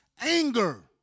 anger